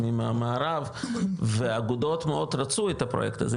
או מהמערב והאגודות מאוד רצו את הפרויקט הזה,